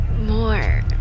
More